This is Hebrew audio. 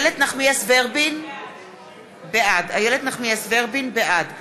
26 בעד, 41